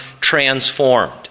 transformed